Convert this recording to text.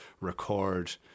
record